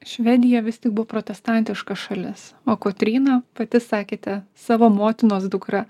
švedija vis tik buvo protestantiška šalis o kotryna pati sakėte savo motinos dukra